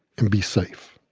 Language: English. can be safe.